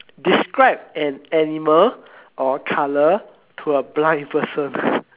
describe an animal or a colour to a blind person